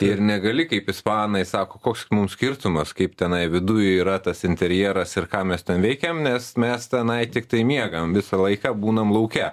ir negali kaip ispanai sako koks mum skirtumas kaip tenai viduj yra tas interjeras ir ką mes ten veikiam nes mes tenai tiktai miegam visą laiką būnam lauke